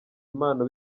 impano